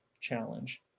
challenge